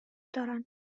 دارند